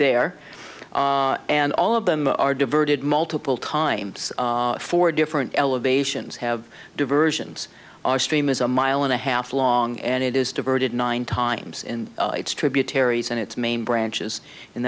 there and all of them are diverted multiple times for different elevations have diversions our stream is a mile and a half long and it is diverted nine times in its tributaries and its main branches